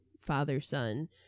father-son